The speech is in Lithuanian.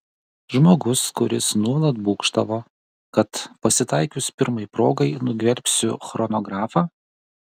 žmogus kuris nuolat būgštavo kad pasitaikius pirmai progai nugvelbsiu chronografą